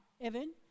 Evan